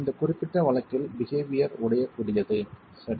இந்த குறிப்பிட்ட வழக்கில் பிஹேவியர் உடையக்கூடியது சரி